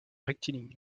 rectiligne